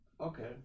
Okay